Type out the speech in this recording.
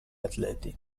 atleti